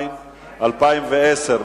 התש"ע 2010,